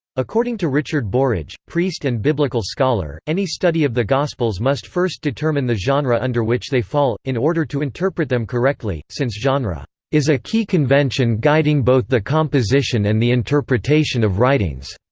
according to richard burridge, priest and biblical scholar, any study of the gospels must first determine the genre under which they fall, in order to interpret them correctly, since genre is a key convention guiding both the composition and the interpretation of writings.